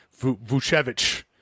Vucevic